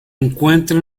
encuentra